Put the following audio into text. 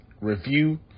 review